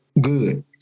good